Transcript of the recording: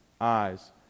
eyes